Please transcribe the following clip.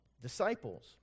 disciples